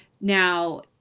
Now